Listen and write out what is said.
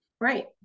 right